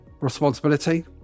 responsibility